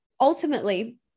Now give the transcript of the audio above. ultimately